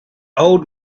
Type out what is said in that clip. old